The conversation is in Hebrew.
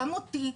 גם אותי,